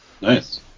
Nice